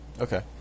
Okay